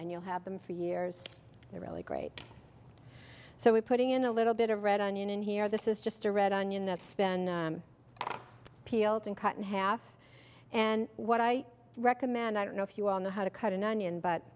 and you'll have them for years they're really great so we're putting in a little bit of red onion in here this is just a red onion that's been peeled and cut in half and what i recommend i don't know if you all know how to cut an onion but